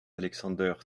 alexander